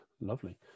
Lovely